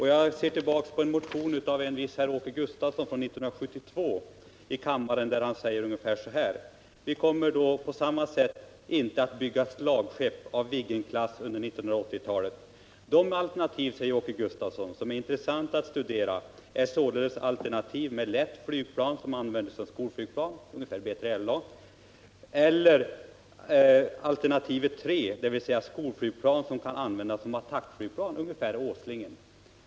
Jag ser tillbaka på en motion som väcktes i kammaren år 1972 av en viss herr Åke Gustavsson, där han sade ungefär så här: Vi kommer inte på samma sätt att bygga slagskepp av Viggenklass under 1980-talet. De alternativ, sade han, som är intressanta att studera är således alternativet med lätt flygplan som används som skolflygplan — ungefär av B3LA:s typ - eller alternativet 3, dvs. skolflygplan som kan användas som attackflygplan — ungefär samma typ som Åslingen.